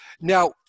Now